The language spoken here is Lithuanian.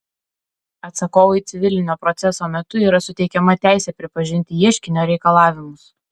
atsakovui civilinio proceso metu yra suteikiama teisė pripažinti ieškinio reikalavimus